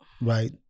right